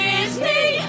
Disney